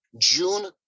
June